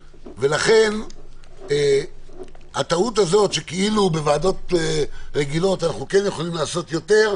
אבל חושבים בטעות שבוועדות רגילות אפשר לעשות יותר.